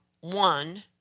one